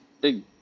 big